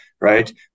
right